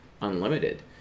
unlimited